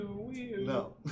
No